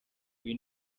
uyu